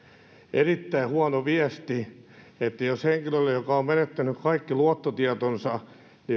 erittäin huono viesti jos henkilölle joka on menettänyt kaikki luottotietonsa